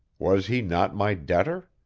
was he not my debtor?